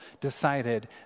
decided